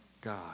God